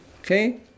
Okay